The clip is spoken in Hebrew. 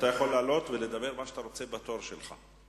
לעלות ולהגיד מה שאתה רוצה בתור שלך.